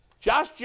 Josh